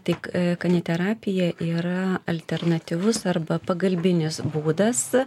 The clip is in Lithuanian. tik kaniterapija yra alternatyvus arba pagalbinis būdas